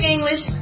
English